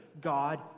God